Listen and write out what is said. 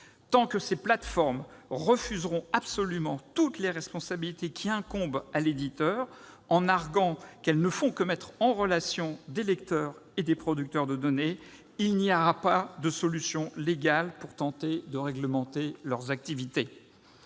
Tant que ces plateformes refuseront absolument toutes les responsabilités qui incombent à l'éditeur en arguant qu'elles ne font que mettre en relation des lecteurs et des producteurs de données, il n'y aura pas de solution légale pour tenter de réglementer leurs activités.